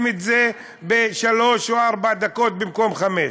את זה בשלוש או ארבע דקות במקום חמש?